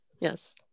yes